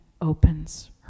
opens